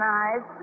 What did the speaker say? eyes